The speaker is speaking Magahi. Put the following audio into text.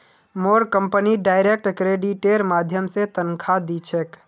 मोर कंपनी डायरेक्ट क्रेडिटेर माध्यम स तनख़ा दी छेक